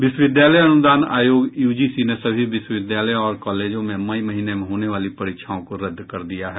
विश्वविद्यालय अनुदान आयोग यूजीसी ने सभी विश्वविद्यालयों और कॉलेजों में मई महीने में होने वाली परीक्षाओं को रद्द कर दिया है